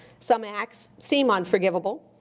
some acts seem unforgivable.